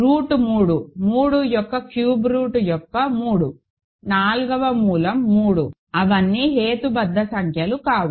route 3 3 యొక్క cube root యొక్క 3 నాల్గవ మూలం 3 అవన్నీ హేతుబద్ధ సంఖ్యలు కావు